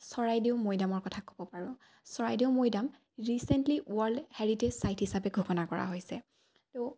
চৰাইদেউ মৈদামৰ কথা ক'ব পাৰোঁ Charaideo Moidam recently world heritage site হিচাপে ঘোষণা কৰা হৈছে তো